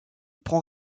prend